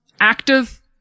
Active